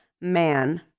man